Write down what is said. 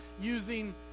using